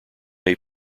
may